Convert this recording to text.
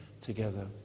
together